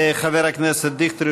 חבר הכנסת דיכטר,